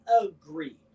agree